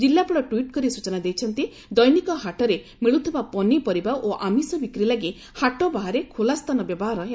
ଜିଲ୍ଲାପାଳ ଟ୍ୱିଟ୍ କରି ସୂଚନା ଦେଇଛନ୍ତି ଦୈନିକ ହାଟରେ ମିଳୁଥିବା ପନିପରିବା ଓ ଆମିଷ ବିକ୍ରି ଲାଗି ହାଟ ବାହାରେ ଖୋଲାସ୍କାନ ବ୍ୟବହାର ହେବ